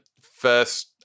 first